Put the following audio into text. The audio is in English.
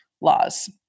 laws